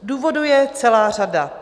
Důvodů je celá řada.